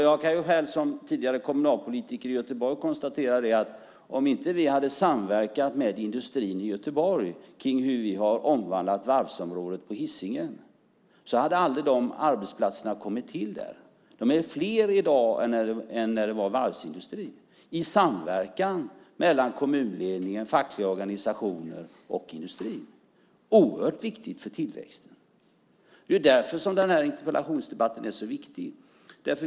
Jag kan, som tidigare kommunalpolitiker i Göteborg, konstatera att om vi inte hade samverkat med industrin i Göteborg när det gäller omvandlingen av varvsområdet på Hisingen hade dessa arbetsplatser aldrig kommit till där. De är fler i dag än när det var varvsindustri. Detta har skett i samverkan mellan kommunledningen, fackliga organisationer och industrin. Det är oerhört viktigt för tillväxten. Det är därför som den här interpellationsdebatten är så viktig.